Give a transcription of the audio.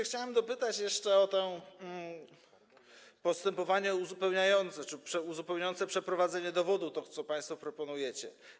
Chciałem dopytać jeszcze o postępowania uzupełniające czy uzupełniające przeprowadzenie dowodu, co państwo proponujecie.